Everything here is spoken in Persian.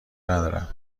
ندارم